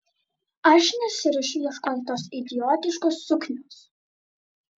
aš nesiruošiu ieškoti tos idiotiškos suknios